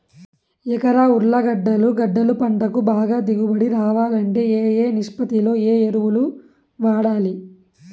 ఎకరా ఉర్లగడ్డలు గడ్డలు పంటకు బాగా దిగుబడి రావాలంటే ఏ ఏ నిష్పత్తిలో ఏ ఎరువులు వాడాలి?